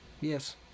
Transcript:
Yes